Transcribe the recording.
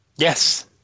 Yes